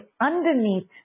underneath